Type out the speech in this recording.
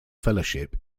fellowship